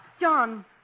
John